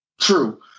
True